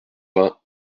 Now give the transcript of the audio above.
vingt